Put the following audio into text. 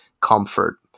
comfort